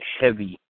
heavy